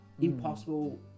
impossible